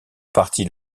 partie